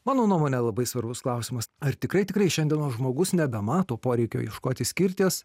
mano nuomone labai svarbus klausimas ar tikrai tikrai šiandienos žmogus nebemato poreikio ieškoti skirties